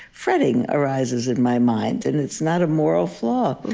fretting arises in my mind and it's not a moral flaw.